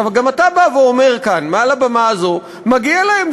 גם אתה בא ואומר כאן מעל הבמה הזאת: מגיע להם.